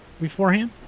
beforehand